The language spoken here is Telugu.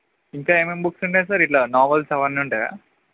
ఇంకా ఏమేమి బుక్స్ ఉన్నాయి సార్ ఇట్లా నావల్స్ అవన్నీ ఉంటాయా